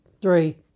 three